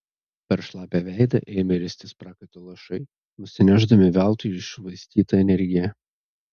per šlapią veidą ėmė ristis prakaito lašai nusinešdami veltui iššvaistytą energiją